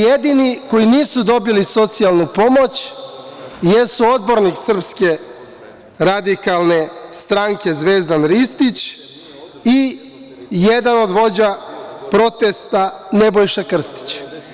Jedini koji nisu dobili socijalnu pomoć jesu odbornik SRS, Zvezdan Ristić i jedan od vođa protesta, Nebojša Krstić.